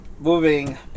Moving